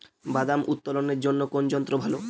বাদাম উত্তোলনের জন্য কোন যন্ত্র ভালো?